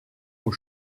aux